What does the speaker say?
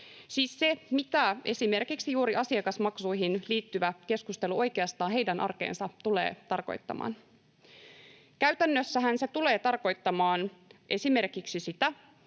siis se, mitä esimerkiksi juuri asiakasmaksuihin liittyvä keskustelu oikeastaan heidän arkeensa tulee tarkoittamaan. Käytännössähän se tulee tarkoittamaan esimerkiksi sitä,